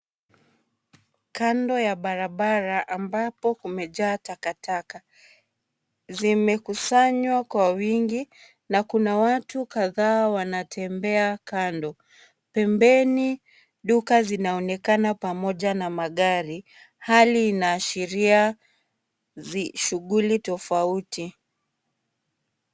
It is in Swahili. Kando ya barabara ambapo kumejaa takataka, zimekusanywa kwa wingi na kuna watu kadha wanatembea kando, pembeni duka zinaonekana pamoja na magari, hali inaashiria shughuli tofauti.